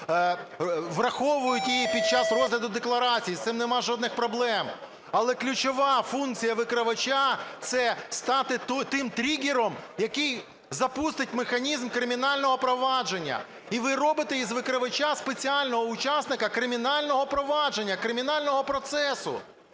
враховують її під час розгляду декларацій, з цим нема жодних проблем, але ключова функція викривача – це стати тим тригером, який запустить механізм кримінального провадження. І ви робите із викривача спеціального учасника кримінального провадження, кримінального процесу.